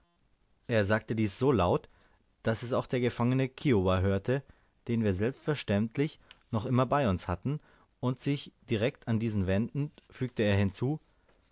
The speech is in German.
er sagte dies so laut daß es auch der gefangene kiowa hörte den wir selbstverständlich noch immer bei uns hatten und sich direkt an diesen wendend fügte er hinzu